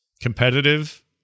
competitive